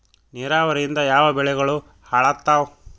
ನಿರಾವರಿಯಿಂದ ಯಾವ ಬೆಳೆಗಳು ಹಾಳಾತ್ತಾವ?